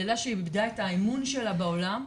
ילדה שאיבדה את האמון שלה בעולם,